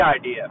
idea